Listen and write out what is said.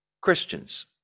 Christians